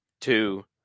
two